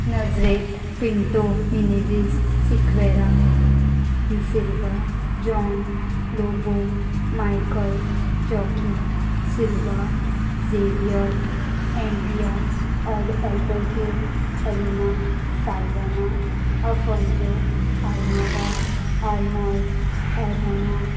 Nazareth Pinto Menezes Sequeira D'Silva John Lobo Michael जॉकी Silva Xavier Andrea Albuquerque Elina Saldanha Afonso Almeida Arnold अरहना